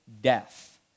death